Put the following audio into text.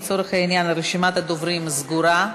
לצורך העניין, רשימת הדוברים סגורה.